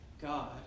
God